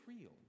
real